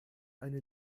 eine